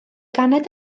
ganed